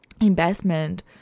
investment